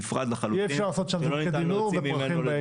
אי-אפשר לעשות משם זיקוקי דינור ופרחים --- נפרד לחלוטין.